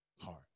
Heart